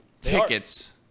tickets